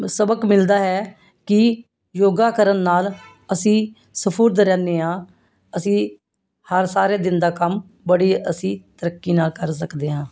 ਸਬਕ ਮਿਲਦਾ ਹੈ ਕਿ ਯੋਗਾ ਕਰਨ ਨਾਲ ਅਸੀਂ ਸਫੁਰਤ ਰਹਿੰਦੇ ਹਾਂ ਅਸੀਂ ਹਰ ਸਾਰੇ ਦਿਨ ਦਾ ਕੰਮ ਬੜੀ ਅਸੀਂ ਤਰੱਕੀ ਨਾਲ ਕਰ ਸਕਦੇ ਹਾਂ